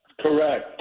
correct